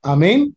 Amen